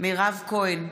מירב כהן,